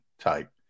type